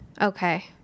Okay